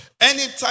anytime